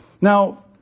Now